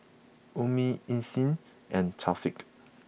Ummi Isnin and Thaqif